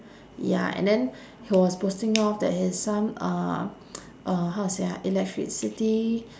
ya and then he was boasting off that his son uh uh how to say ah electricity